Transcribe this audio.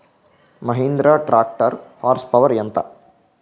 Mahindra tractor horse power ఎంత?